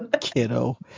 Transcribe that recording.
kiddo